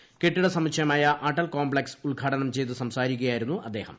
O കെട്ടിട സമുച്ചയമായ Atal complex ഉൽഘാടനം ചെയ്തു സംസാരിക്കുകയായിരുന്നു അദ്ദേഹം